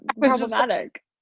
problematic